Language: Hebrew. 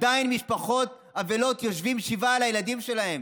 עדיין משפחות אבלות יושבות שבעה על הילדים שלהן.